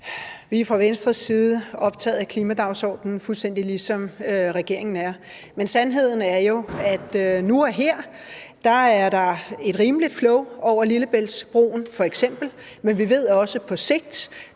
Vi er fra Venstres side optaget af klimadagsordenen, fuldstændig ligesom regeringen er. Sandheden er jo, at nu og her er der et rimeligt flow over f.eks. Lillebæltsbroen. Men vi ved også, at